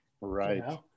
Right